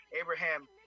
Abraham